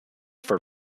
for